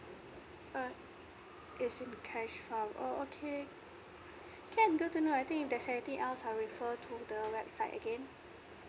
oh is in cash form oh okay can good to know I think if there's anything else I refer to the website again